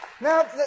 Now